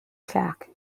clerk